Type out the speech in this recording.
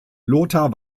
lothar